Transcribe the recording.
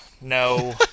No